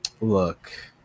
Look